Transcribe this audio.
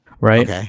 Right